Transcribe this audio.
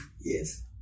Yes